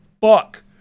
Fuck